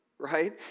right